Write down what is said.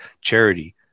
charity